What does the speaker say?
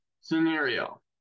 scenario